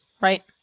right